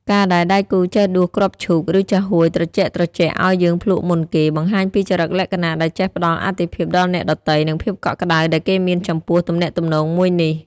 ការដែលដៃគូចេះដួសគ្រាប់ឈូក ឬចាហួយត្រជាក់ៗឱ្យយើងភ្លក់មុនគេ បង្ហាញពីចរិតលក្ខណៈដែលចេះផ្ដល់អាទិភាពដល់អ្នកដទៃ និងភាពកក់ក្ដៅដែលគេមានចំពោះទំនាក់ទំនងមួយនេះ។